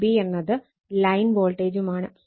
Vab എന്നത് line വോൾട്ടേജുമാണ്